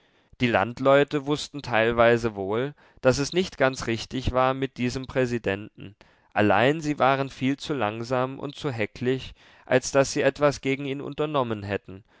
die landleute wußten teilweise wohl daß es nicht ganz richtig war mit diesem präsidenten allein sie waren viel zu langsam und zu häcklich als daß sie etwas gegen ihn unternommen hätten